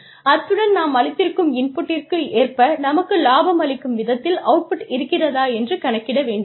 அத்துடன் நாம் அளித்திருக்கும் இன்புட்டிற்கு ஏற்ப நமக்கு லாபம் அளிக்கும் விதத்தில் அவுட்புட் இருக்கிறதா என்று கணக்கிட வேண்டும்